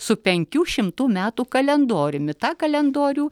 su penkių šimtų metų kalendoriumi tą kalendorių